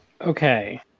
Okay